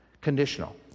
conditional